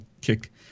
kick